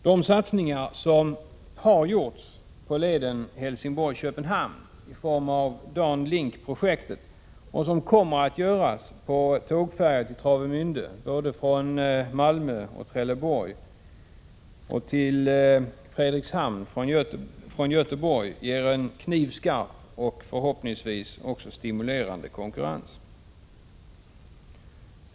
De satsningar som har gjorts på leden Helsingborg-Köpenhamn, i form av DanLink-projektet, och som kommer att göras på tågfärjor till Travemände från både Malmö och Trelleborg och till Fredrikshavn från Göteborg, ger en knivskarp och förhoppningsvis stimulerande konkurrens.